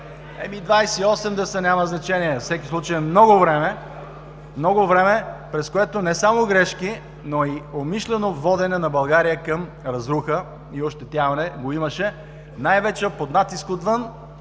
И 28 да са, няма значение. Във всеки случай е много време, през което не само грешки, но и умишлено водене на България към разруха и ощетяване го имаше най-вече под натиск отвън